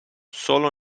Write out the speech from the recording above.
solo